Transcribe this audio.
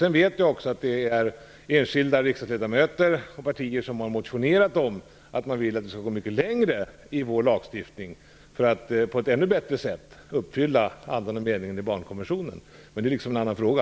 Jag vet också att enskilda riksdagsledamöter och även partier har motionerat om att vi skall gå mycket längre i vår lagstiftning för att på ett ännu bättre sätt uppfylla andan och meningen i barnkonventionen. Men det är en annan fråga.